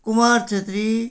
Kumar Chhetri